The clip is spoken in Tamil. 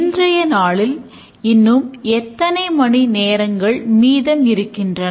இன்றைய நாளில் இன்னும் எத்தனை மணி நேரங்கள் மீதம் இருக்கின்றன